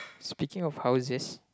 speaking of houses